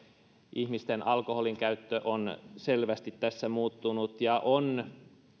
ihmisten alkoholinkäyttö on selvästi tässä muuttunut ja on